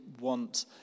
want